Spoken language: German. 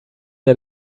der